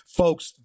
folks